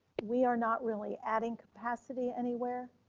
we are not really adding capacity anywhere.